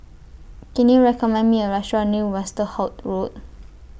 Can YOU recommend Me A Restaurant near Westerhout Road